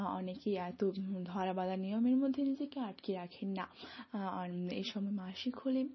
অনেকেই এতো ধরা বাঁধা নিয়মের মধ্যে নিজেকে আটকে রাখেন না আর এই সময় মাসিক হলে